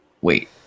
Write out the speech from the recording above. wait